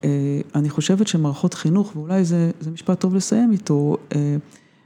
אני חושבת שמערכות חינוך ואולי זה משפט טוב לסיים איתו.